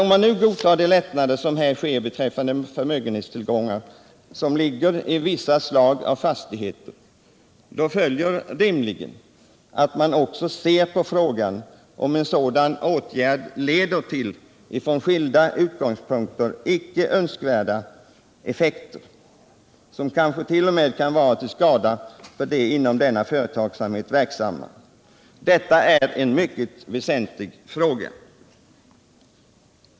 Om man nu godtar de lättnader som här sker beträffande förmögenhetstillgångar som ligger i vissa slag av fastigheter följer därav rimligen att man också bör se på frågan om en sådan åtgärd leder till från skilda utgångspunkter icke önskvärda effekter, som kanske t.o.m. kan vara till skada för de inom denna företagsamhet verksamma. Detta är en mycket väsentlig fråga.